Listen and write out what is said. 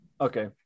Okay